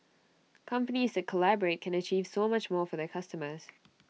companies that collaborate can achieve so much more for the customers